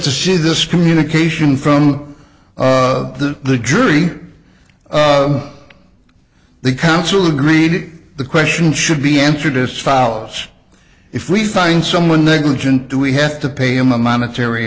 to see this communication from the dreary the council agreed the question should be answered is fouls if we find someone negligent do we have to pay him a monetary